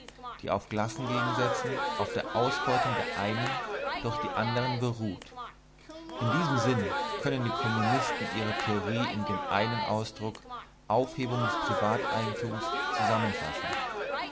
die auf klassengegensätzen auf der ausbeutung der einen durch die andern beruht in diesem sinn können die kommunisten ihre theorie in dem einen ausdruck aufhebung des privateigentums zusammenfassen